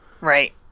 Right